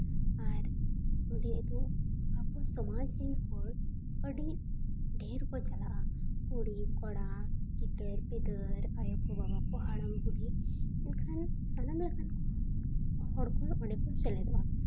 ᱟᱨ ᱚᱸᱰᱮ ᱫᱚ ᱟᱵᱚ ᱥᱚᱢᱟᱡᱽ ᱨᱮᱱ ᱦᱚᱲ ᱟᱹᱰᱤ ᱰᱷᱮᱹᱨ ᱠᱚ ᱪᱟᱞᱟᱜᱼᱟ ᱠᱩᱲᱤ ᱠᱚᱲᱟ ᱜᱤᱫᱟᱹᱨᱼᱯᱤᱫᱟᱹᱨ ᱟᱭᱚ ᱠᱚ ᱵᱟᱵᱟ ᱠᱚ ᱦᱟᱲᱟᱢ ᱵᱩᱰᱷᱤ ᱮᱱᱠᱷᱟᱱ ᱥᱟᱱᱟᱢ ᱞᱮᱠᱟᱱ ᱠᱚ ᱦᱚᱲ ᱠᱚ ᱚᱸᱰᱮ ᱠᱚ ᱥᱮᱞᱮᱫᱚᱜᱼᱟ